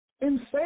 insane